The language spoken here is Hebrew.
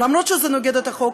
למרות שזה נוגד את החוק,